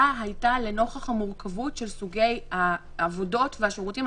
הייתה לנוכח המורכבות של סוגי העבודות והשירותים.